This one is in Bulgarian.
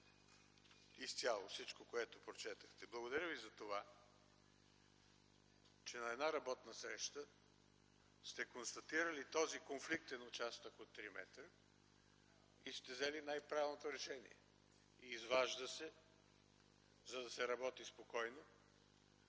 изцяло всичко, което прочетохте. Благодаря Ви за това, че на една работна среща сте констатирали този конфликтен участък от 3 км и сте взели най-правилното решение – изважда се, за да се работи спокойно,